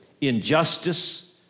injustice